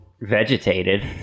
vegetated